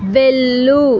వెళ్ళు